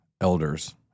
elders